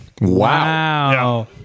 Wow